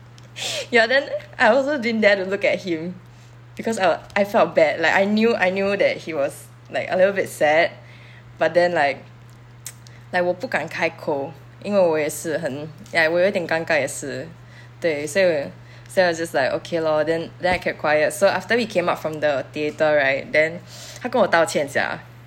ya then I also didn't dare to look at him because err I felt bad like I knew I knew that he was like a little bit sad but then like like 我不敢开口因为我也是很 ya 我有点尴尬也是对所以我也 so is just like okay lor then then I kept quiet so after we came out from the theatre right then 他跟我道歉 sia